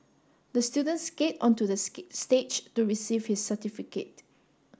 the student skate onto the stage to receive his certificate